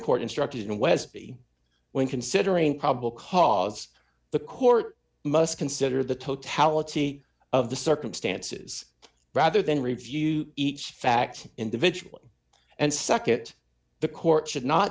court instructed in westby when considering probable cause the court must consider the totality of the circumstances rather than review each fact individually and sec it the court should not